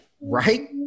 right